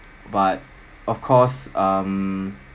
but of course um